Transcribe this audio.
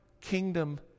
kingdom